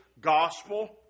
gospel